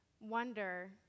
wonder